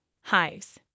Hives